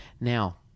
Now